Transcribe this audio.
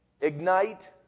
ignite